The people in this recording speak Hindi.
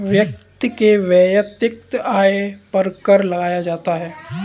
व्यक्ति के वैयक्तिक आय पर कर लगाया जाता है